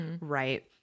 right